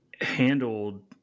handled